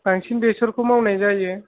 बांसिन बेसरखौ मावनाय जायो